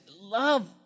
Love